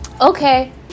Okay